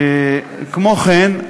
כמו כן,